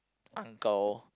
uncle